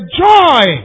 joy